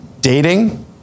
dating